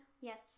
Yes